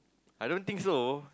I don't think so